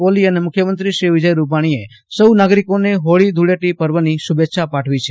કોહલી અને મુખ્યમંત્રી શ્રી વિજય રૂપાજ્ઞીએ સૌ નાગરીકોને હોળી ધુળેટી પર્વે શુભેચ્છા પાઠવી છે